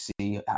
see